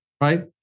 right